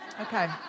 Okay